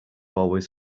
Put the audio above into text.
always